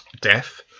death